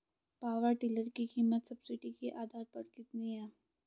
Power tiller की कीमत subsidy के आधार पर कितनी है?